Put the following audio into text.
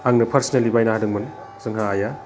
आंनो पार्सनेलि बायना होदोंमोन जोंहा आइआ